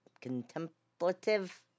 contemplative